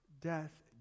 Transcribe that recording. death